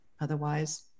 Otherwise